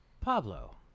Pablo